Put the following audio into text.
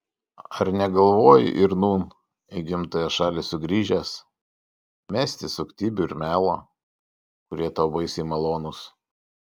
ar negalvoji ir nūn į gimtąją šalį sugrįžęs mesti suktybių ir melo kurie tau baisiai malonūs